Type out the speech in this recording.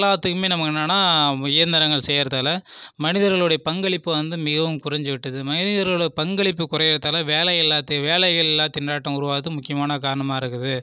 எல்லாத்துக்குமே நமக்கு என்னனா இயந்திரங்கள் செய்யறதால மனிதர்களுடைய பங்களிப்பு வந்து மிகவும் குறைஞ்சு விட்டது மனிதர்களுடைய பங்களிப்பு குறையறதாலே வேலை இல்லா வேலைகள் இல்லா திண்டாட்டம் உருவாகுகிறது முக்கியமான காரணமாக இருக்கிறது